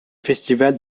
festival